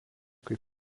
kaip